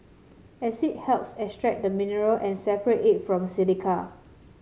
acid helps extract the mineral and separate it from silica